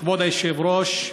כבוד היושב-ראש,